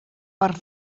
per